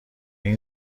این